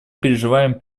переживаем